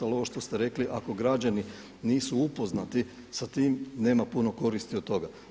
Ali ovo što ste rekli ako građani nisu upoznati sa tim nema puno koristi od toga.